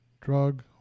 drug